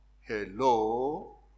Hello